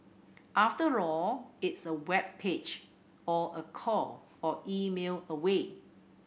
after all it's a web page or a call or email away